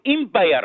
empire